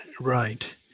right